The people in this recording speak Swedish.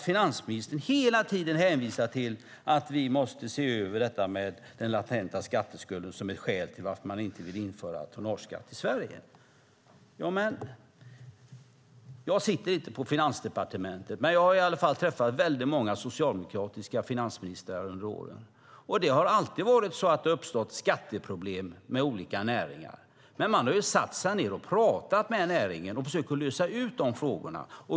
Finansministern hänvisar hela tiden till att vi måste se över den latenta skatteskulden och använder detta som ett skäl till varför man inte vill införa tonnageskatt i Sverige. Jag sitter inte på Finansdepartementet, men jag har träffat väldigt många socialdemokratiska finansministrar under åren. Det har alltid uppstått skatteproblem i olika näringar, men man har satt sig ned och pratat med näringen och försökt att lösa de frågorna.